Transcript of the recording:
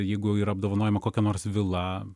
jeigu yra apdovanojama kokia nors vila